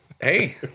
hey